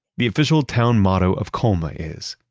the official town motto of colma is,